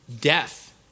Death